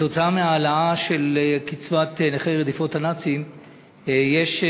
כתוצאה מההעלאה של קצבת נכי רדיפות הנאצים יש,